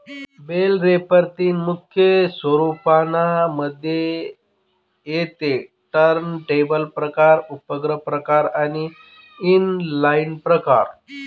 bell wrapper तीन मुख्य स्वरूपांना मध्ये येते टर्नटेबल प्रकार, उपग्रह प्रकार आणि इनलाईन प्रकार